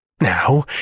Now